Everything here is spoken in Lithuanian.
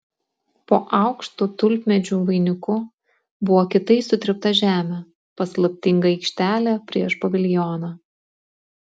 po aukštu tulpmedžių vainiku buvo kietai sutrypta žemė paslaptinga aikštelė prieš paviljoną